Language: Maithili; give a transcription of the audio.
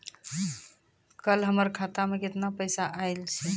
कल हमर खाता मैं केतना पैसा आइल छै?